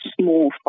small